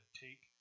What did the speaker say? Take